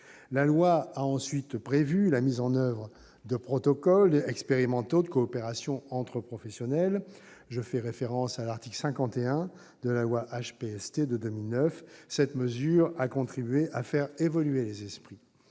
La loi a ensuite prévu la mise en oeuvre de protocoles expérimentaux de coopération entre professionnels. Je fais référence à l'article 51 de la loi HPST de 2009. Cette mesure a contribué à faire évoluer les esprits.